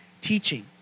teaching